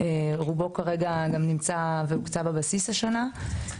ורובו כרגע גם נמצא והוקצה בבסיס השנה.